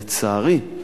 לצערי,